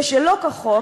ושלא כחוק,